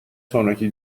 sonraki